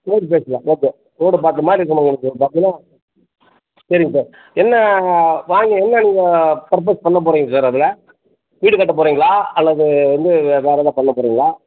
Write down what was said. road ப்ளேஸ்சில் okay ரோடை பார்த்த மாதிரி இருக்கணும் உங்களுக்கு பார்த்தீங்கன்னா சரிங்க சார் என்ன வாங்கி என்ன நீங்கள் பர்போஸ் பண்ணப் போகிறீங்க சார் அதில் வீடு கட்டப் போகிறீங்களா அல்லது வந்து வேறு ஏதாவது பண்ணப் போகிறீங்களா